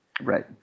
Right